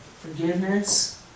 Forgiveness